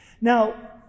Now